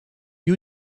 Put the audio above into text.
you